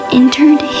entered